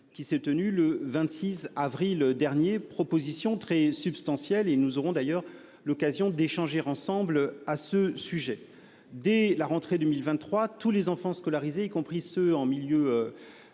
qui s'est tenue le 26 avril dernier, propositions très substantielles -nous aurons l'occasion d'échanger ensemble à ce sujet. Dès la rentrée 2023, tous les enfants scolarisés, y compris ceux qui